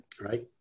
Right